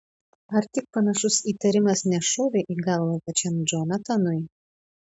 ar tik panašus įtarimas nešovė į galvą pačiam džonatanui